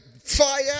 fire